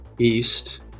East